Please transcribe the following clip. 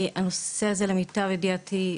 למיטב ידיעתי,